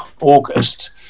August